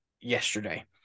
yesterday